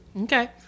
Okay